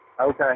Okay